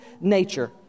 nature